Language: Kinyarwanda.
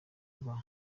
rwa